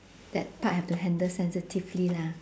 that part have to handle sensitively lah